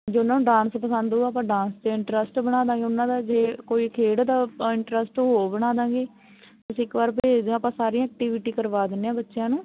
ਜੇ ਉਹਨਾਂ ਨੂੰ ਡਾਂਸ ਪਸੰਦ ਹੋਊ ਆਪਾਂ ਡਾਂਸ 'ਚ ਇੰਟਰਸਟ ਬਣਾ ਦਾਂਗੇ ਉਹਨਾਂ ਦਾ ਜੇ ਕੋਈ ਖੇਡ ਦਾ ਇੰਟਰਸਟ ਹੋਊ ਉਹ ਬਣਾ ਦਾਂਗੇ ਤੁਸੀਂ ਇੱਕ ਵਾਰ ਭੇਜ ਦਿਉ ਆਪਾਂ ਸਾਰੀਆਂ ਐਕਟੀਵਿਟੀ ਕਰਵਾ ਦਿੰਦੇ ਹਾਂ ਬੱਚਿਆਂ ਨੂੰ